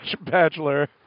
Bachelor